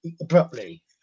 abruptly